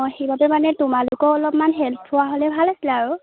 অঁ সেইবাবে মানে তোমালোকৰো অলপমান হেল্প হোৱা হ'লে ভাল আছিলে আৰু